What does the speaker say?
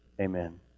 Amen